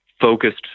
focused